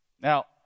Now